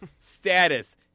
Status